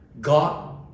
God